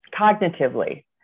cognitively